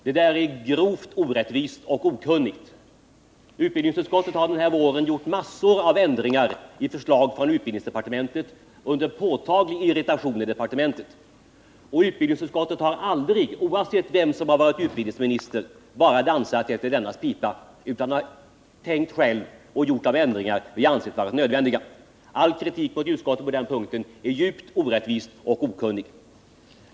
Det där är grovt orättvist och okunnigt. Utbildningsutskottet har denna vår föreslagit massor av ändringar i förslag från utbildningsdepartementet. Det har skett under påtaglig irritation från departementet. Utbildningsutskottet har aldrig, oavsett vem som varit utbildningsminister, bara dansat efter dennes pipa, utan vi har tänkt själva och gjort de ändringar vi ansett vara nödvändiga. All kritik mot utskottet på den punkten är djupt orättvis och okunnig.